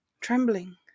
Trembling